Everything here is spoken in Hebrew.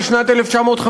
בשנת 1956,